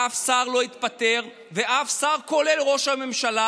אף שר לא התפטר ואף שר, כולל ראש הממשלה,